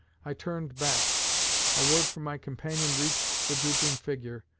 i turned back a word from my companion reached the drooping figure,